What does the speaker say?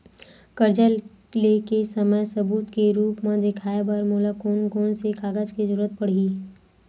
कर्जा ले के समय सबूत के रूप मा देखाय बर मोला कोन कोन से कागज के जरुरत पड़ही?